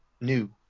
New